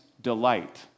delight